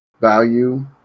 value